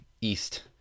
East